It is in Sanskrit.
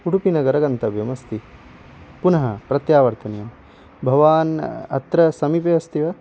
उडुपिनगरं गन्तव्यमस्ति पुनः प्रत्यावर्तनीयं भवान् अत्र समीपे अस्ति वा